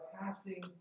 passing